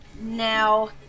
Now